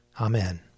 Amen